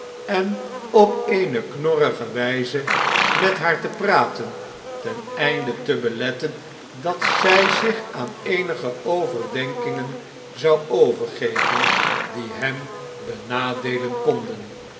en op eene knorrige wh'ze met haar te praten ten einde te beletten dat zij zich aan eenige overdenkingen zou overgeven die hem benadeelen konden